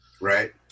Right